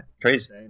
Crazy